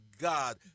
God